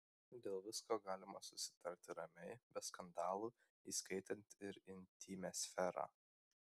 dėl visko galima susitarti ramiai be skandalų įskaitant ir intymią sferą